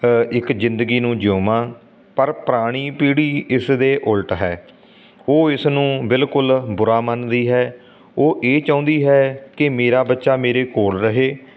ਇੱਕ ਜ਼ਿੰਦਗੀ ਨੂੰ ਜਿਊਵਾਂ ਪਰ ਪੁਰਾਣੀ ਪੀੜ੍ਹੀ ਇਸਦੇ ਉਲਟ ਹੈ ਉਹ ਇਸ ਨੂੰ ਬਿਲਕੁਲ ਬੁਰਾ ਮੰਨਦੀ ਹੈ ਉਹ ਇਹ ਚਾਹੁੰਦੀ ਹੈ ਕਿ ਮੇਰਾ ਬੱਚਾ ਮੇਰੇ ਕੋਲ ਰਹੇ